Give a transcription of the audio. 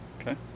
Okay